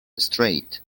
straight